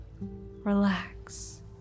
relax